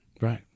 Right